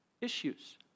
issues